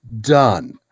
Done